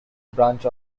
branch